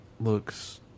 looks